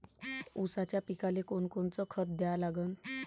ऊसाच्या पिकाले कोनकोनचं खत द्या लागन?